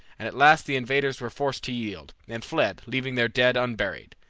and at last the invaders were forced to yield, and fled, leaving their dead unburied.